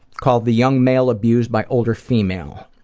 called the young male abused by older female.